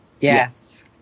Yes